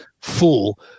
fool